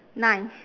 nine